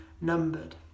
numbered